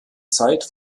zeit